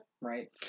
Right